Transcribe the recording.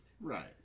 Right